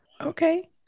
Okay